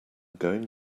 going